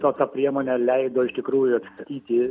tokia priemonė leido iš tikrųjų atsikratyti